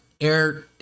air